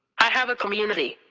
i have a community.